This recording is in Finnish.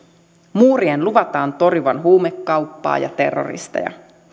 muurien luvataan torjuvan huumekauppaa ja terroristeja